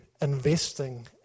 investing